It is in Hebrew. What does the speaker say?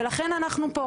ולכן אנחנו פה.